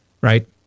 right